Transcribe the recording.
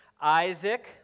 Isaac